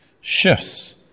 shifts